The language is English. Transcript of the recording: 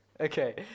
Okay